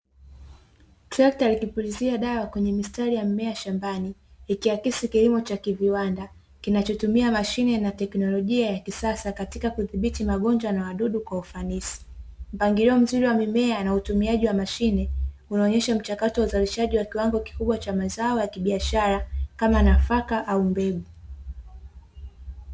Trekta likipulizia dawa kwenye mistari ya mimea shambani, ikiakisi killimo cha kiviwanda kinachotumia mashine na teknolojia ya kisasa katika kudhibiti magonjwa na wadudu kwa ufanisi. Mpangilio mzuri wa mimea na utumiaji wa mashine, unaonyesha mchakato wa uzalishaji wa kiwango kikubwa cha mazao ya kibiashara, kama nafaka au mbegu.